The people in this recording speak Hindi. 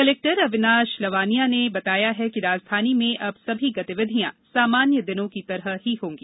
कलेक्टर अविनाश लवानिया ने बताया कि राजधानी में अब सभी गतिविधियां सामान्य दिनों की तरह ही होंगी